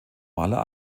maler